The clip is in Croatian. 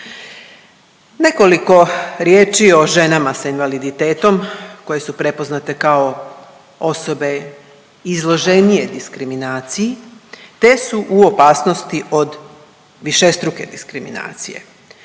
Nekoliko riječi o ženama sa invaliditetom koje su prepoznate kao osobe izloženije diskriminaciji, te su u opasnosti od višestruke diskriminacije.